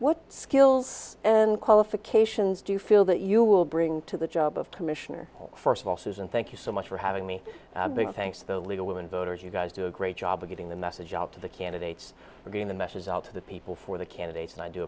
what skills and qualifications do you feel that you will bring to the job of commissioner first of all susan thank you so much for having me big thanks to the league of women voters you guys do a great job of getting the message out to the candidates for getting the message out to the people for the candidates and i do